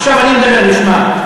עכשיו אני מדבר בשמם.